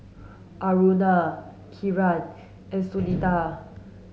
Aruna Kiran and Sunita